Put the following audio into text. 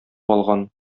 алган